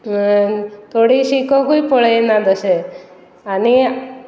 थोडी शिककूय पळयना तशें आनी